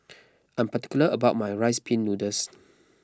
I am particular about my Rice Pin Noodles